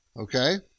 Okay